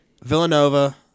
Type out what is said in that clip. Villanova